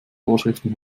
vorschriften